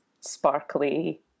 sparkly